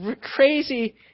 crazy